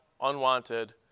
unwanted